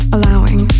Allowing